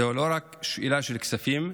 זו לא רק שאלה של כספים,